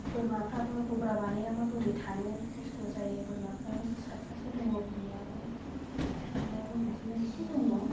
बोरमाफोराबो गग्रा बानायाबाबो बोरै थानो खस्त' जायो बोरमाफ्राबो सारथासो दं बोरमायाबो अमायाबो बिदिनो एसे दङ